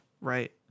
Right